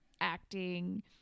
acting